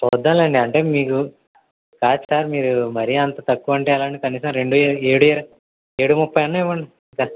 చూద్దాంలేండి అంటే మీరు కాదు సార్ మీరు మరీ అంత తక్కువంటే ఎలా అండి కనీసం రెండూ ఏడూ ఇరవై ఏడు ముప్పై అన్నా ఇవ్వండి